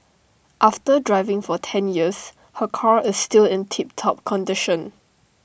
after driving for ten years her car is still in tip top condition